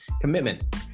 commitment